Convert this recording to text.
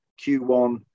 Q1